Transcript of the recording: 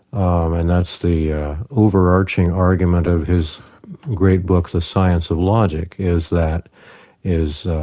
um and that's the overarching argument of his great book the science of logic is that is